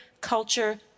culture